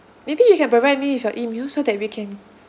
maybe you can provide me with your email so that we can